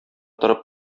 торып